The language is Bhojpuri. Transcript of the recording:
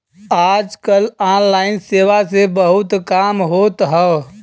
आज कल ऑनलाइन सेवा से बहुत काम होत हौ